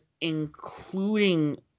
including